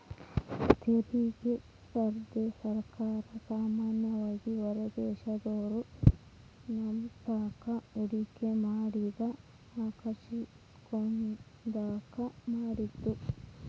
ತೆರಿಗೆ ಸ್ಪರ್ಧೆನ ಸರ್ಕಾರ ಸಾಮಾನ್ಯವಾಗಿ ಹೊರದೇಶದೋರು ನಮ್ತಾಕ ಹೂಡಿಕೆ ಮಾಡಕ ಆಕರ್ಷಿಸೋದ್ಕ ಮಾಡಿದ್ದು